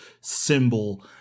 symbol